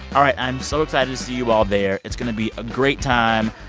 all right, i'm so excited to see you all there. it's going to be a great time.